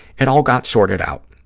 it all got sorted out.